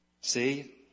See